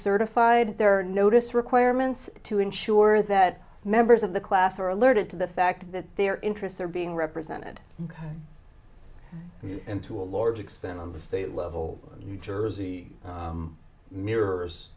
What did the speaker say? certified there are notice requirements to ensure that members of the class are alerted to the fact that their interests are being represented and to a large extent on the state level jersey mirrors